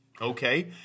Okay